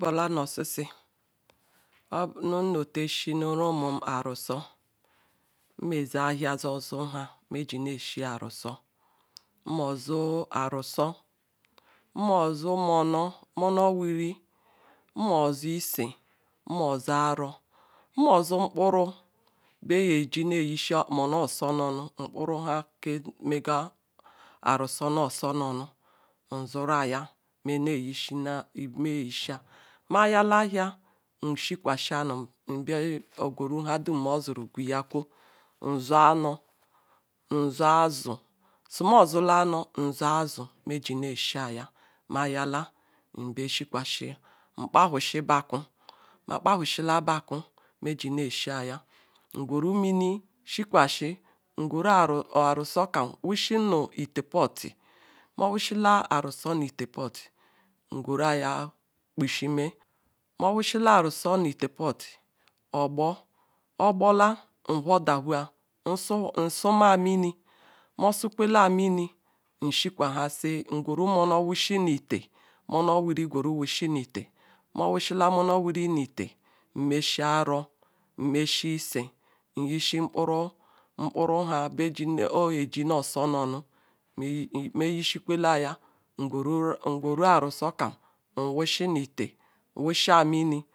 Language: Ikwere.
Ehiberea nu osesie oburu no tonu oshinim runn orujo nmeze ahia zesu nha theji hi shie arusor nmozu arusor nmozu monor monor wiri nmoza ise nmozu ara nmozu ngbura beapti yisia mono sonaonu nkpuru ha ke mfa arusor nosononu nzuru aya mayala ahia nshikwa shia mbo gwwu nhadim mozuru gwuyakwa nzu aru nzu azu sumosala ano nzu azu mejimeshiaya mayala mbea shiekwasia nkpa husila bakwu nryi isiaye ngweru mimi shiekweshi nywuru Arusor kam wusie nu eteapot mowusua aru sie nu iti pit ngwuru aya pushime mo wushala arusor nu itiapot ogbor ogbota nwhordahoa nsuma mimi mosuzukwela mimi nshrekwa hasi ngwuru monor wiri wusi nu itia mo wushiela ironor wiri nu itea nmesia mgburo oop ji no sona ngwera arusor kam wusi nu itea nwushie mim